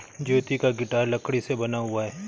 ज्योति का गिटार लकड़ी से बना हुआ है